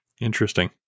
Interesting